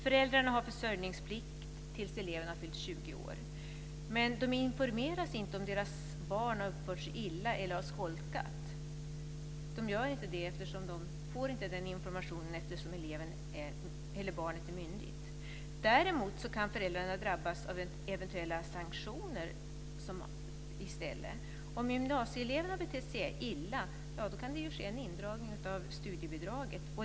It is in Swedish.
Föräldrarna har försörjningsplikt tills eleven har fyllt 20 år. Men de informeras inte om deras barn har uppfört sig illa eller har skolkat, eftersom barnet är myndigt. Däremot kan föräldrarna drabbas av eventuella sanktioner. Om gymnasieeleven har betett sig illa kan det ske en indragning av studiebidraget.